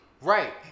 right